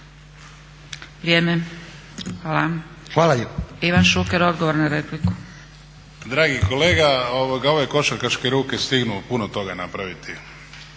hvala. Ivan Šuker, odgovor na repliku. **Šuker, Ivan (HDZ)** Dragi kolega ove košarkaške ruke stignu puno toga napraviti.